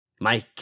mike